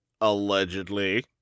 Allegedly